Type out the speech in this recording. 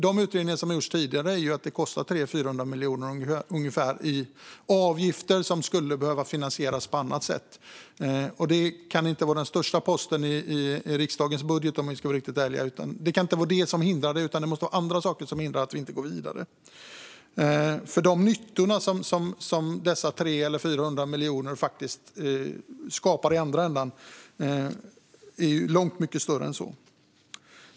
De utredningar som har gjorts tidigare har visat att det ungefär kostar 300-400 miljoner i avgifter som skulle behövas finansieras på annat sätt. Det kan inte vara den största posten i regeringens budget om vi ska vara riktigt ärliga. Det kan inte vara det som hindrar det, utan det måste vara andra saker som gör att vi inte går vidare. De nyttor som dessa 300-400 miljoner skapar i andra ändan är långt mycket större än så.